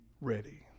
ready